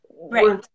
Right